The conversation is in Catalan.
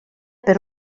per